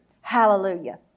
Hallelujah